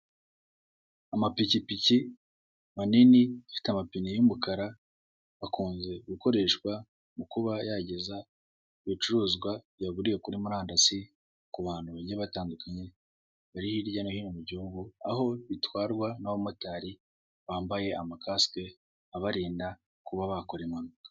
Amapikipiki manini afite amapine y'umukara akunze gukoreshwa mu kuba yageza bicuruzwa byaguriwe kuri murandasi ku bantu bagiye batandukanye bari hirya no hino mu gihugu, aho bitwarwa n'abamotari bambaye amakasike abarinda kuba bakora impanuka.